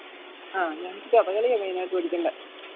ആ ഞങ്ങൾക്ക് കഥകളിയാണ് മെയിനായിട്ട് പഠിക്കേണ്ടത്